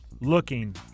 looking